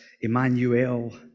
Emmanuel